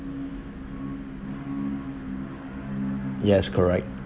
yes correct